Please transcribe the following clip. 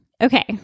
Okay